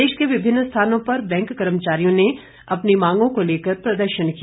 प्रदेश के विभिन्न स्थानों पर बैंक कर्मचारियों ने अपनी मांगों को लेकर प्रदर्शन किया